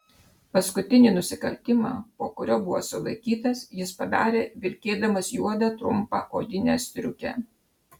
paskutinį nusikaltimą po kurio buvo sulaikytas jis padarė vilkėdamas juodą trumpą odinę striukę